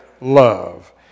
love